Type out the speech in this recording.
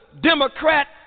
Democrat